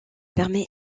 permet